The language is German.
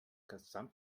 ganze